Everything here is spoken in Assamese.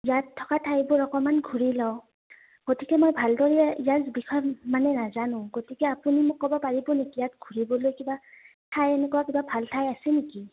ইয়াত থকা ঠাইবোৰ অকমান ঘূৰি লওঁ গতিকে মই ভালদৰে ইয়াৰ বিষয় মানে নাজানো গতিকে আপুনি মোক ক'ব পাৰিব নেকি ইয়াত ঘূৰিবলৈ কিবা ঠাই এনেকুৱা কিবা ভাল ঠাই আছে নেকি